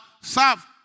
serve